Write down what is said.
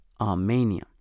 Armenia